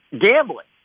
gambling